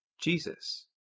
Jesus